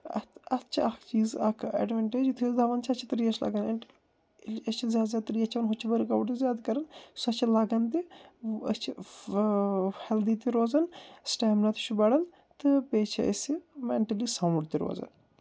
اتھ اتھ چھِ اکھ چیٖز اکھ اٮ۪ڈونٹیج یُتھے أسۍ دَون چھِ اَسہِ چھِ تریش لگان اینٛڈ أسۍ چھِ زیادٕ زیادٕ تریش چَون ہُتہِ چھِ ؤرک اَوُٹ زیادٕ کَران سۄ چھِ لگان تہِ أسۍ چھِ ہٮ۪لدی تہِ روزان سِٹیمنا تہِ چھُ بَڑان تہٕ بیٚیہِ چھِ أسہِ مٮ۪نٛٹلی سوُنٛڈ تہِ روزان